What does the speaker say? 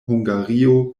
hungario